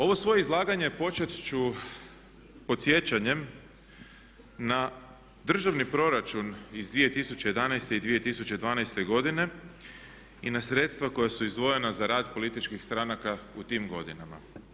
Ovo svoje izlaganje počet ću podsjećanjem na državni proračun iz 2011. i 2012. godine i na sredstva koja su izdvojena za rad političkih stranaka u tim godinama.